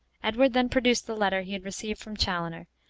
edward then produced the letter he had received from chaloner,